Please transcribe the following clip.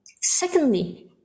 Secondly